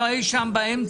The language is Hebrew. היא אי-שם באמצע.